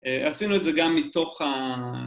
עשינו את זה גם מתוך ה...